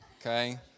okay